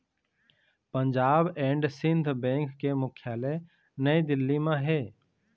Punjab and Sind bank के मुख्यालय नई दिल्ली म हे